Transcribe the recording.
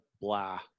blah